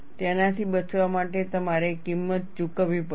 તેનાથી બચવા માટે તમારે કિંમત ચૂકવવી પડશે